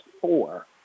four